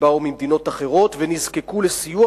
שבאו ממדינות אחרות ונזקקו לסיוע,